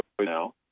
now